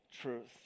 truth